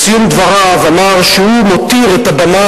בסיום דבריו אמר שהוא מותיר את הבמה